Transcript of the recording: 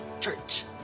church